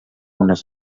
unes